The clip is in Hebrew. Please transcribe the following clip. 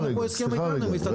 סליחה.